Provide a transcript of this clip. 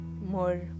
more